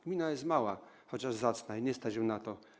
Gmina jest mała, chociaż zacna, i nie stać jej na to.